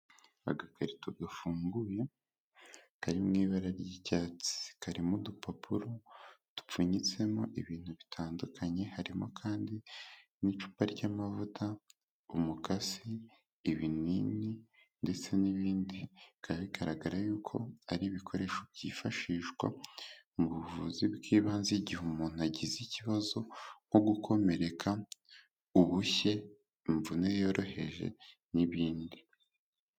Agakarito gafunguye, kari mu ibara ry'icyatsi, karimo udupapuro tupfunyitsemo ibintu bitandukanye, harimo kandi n'icupa ry'amavuta, umukasi, ibinini ndetse n'ibindi. Bikaba bigaragara yuko ari ibikoresho byifashishwa mu buvuzi bw'ibanze igihe umuntu agize ikibazo nko gukomereka, ubushye, imvune yoroheje n'ibindi.